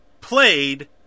Played